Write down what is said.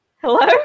Hello